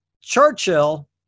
Churchill